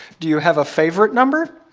do you have a favorite number?